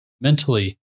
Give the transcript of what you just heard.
mentally